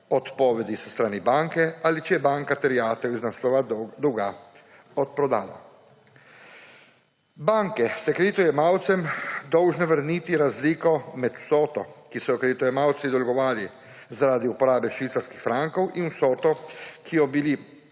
odpovedi s strani banke ali če je banka terjatev iz naslova dolga odprodala. Banke so kreditojemalcem dolžne vrniti razliko med vsoto, ki so jo kreditojemalci dolgovali zaradi uporabe švicarskih frankov, in vsoto, ki bi jo bili